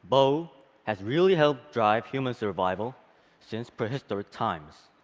bow has really helped drive human survival since prehistoric times.